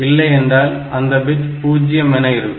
இல்லை என்றால் அந்த பிட் பூஜ்ஜியம் என இருக்கும்